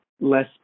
less